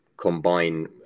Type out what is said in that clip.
Combine